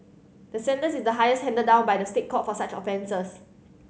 the sentence is the highest handed down by the State Court for such offences